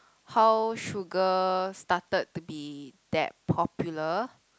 how sugar started to be that popular